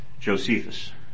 Josephus